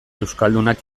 euskaldunak